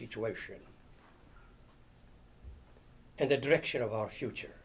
situation and the direction of our future